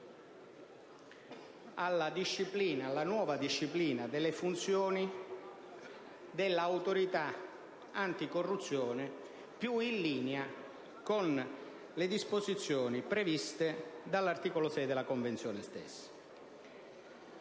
alla nuova disciplina delle funzioni dell'Autorità anticorruzione), più in linea con le disposizioni previste dall'articolo 6 della Convenzione stessa.